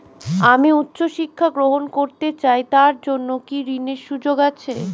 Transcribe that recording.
আমি উচ্চ শিক্ষা গ্রহণ করতে চাই তার জন্য কি ঋনের সুযোগ আছে?